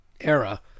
era